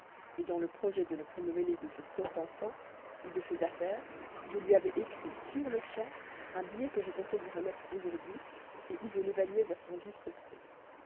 d'humeur dans le projet où j'étais de ne plus me mêler de ce sot enfant ni de ses affaires je lui avais écrit sur-le-champ un billet que je comptais lui remettre aujourd'hui où je l'évaluais à son juste prix